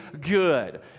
good